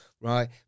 right